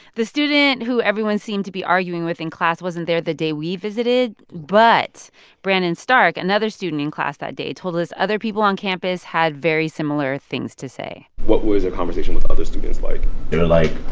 the student who everyone seemed to be arguing with in class wasn't there the day we visited, but brandon stark, and another student in class that day, told us other people on campus had very similar things to say what was your conversation with other students like? they were like,